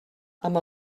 amb